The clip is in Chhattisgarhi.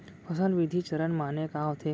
फसल वृद्धि चरण माने का होथे?